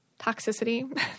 toxicity